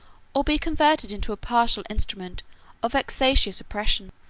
or be converted into a partial instrument of vexatious oppression.